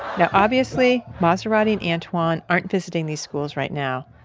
now, obviously maserati and antwan aren't visiting these schools right now,